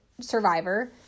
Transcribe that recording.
Survivor